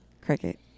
Cricket